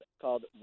called